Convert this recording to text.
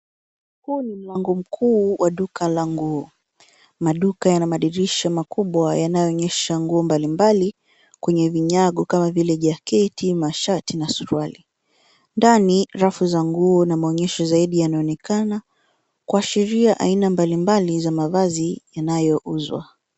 Huu ni mlango mkuu wa duka la nguo. Maduka yana madirisha makubwa yanayoonyesha nguo mbalimbali kwenye vinyago kama vile jaketi, mashati na suruali. Ndani, rafu za nguo na maonyesho zaidi yanaonekana kuashiria aina mbalimbali za mavazi yanayouzwa.